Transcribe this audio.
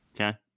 Okay